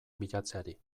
bilatzeari